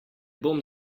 bom